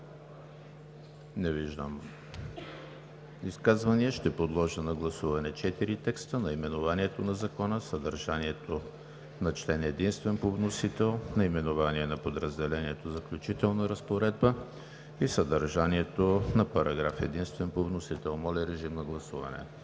Не виждам изказвания. Ще подложа на гласуване четири текста: наименованието на Закона, съдържанието на член единствен по вносител, наименованието на подразделението „Заключителна разпоредба“ и съдържанието на параграф единствен по вносител. Гласували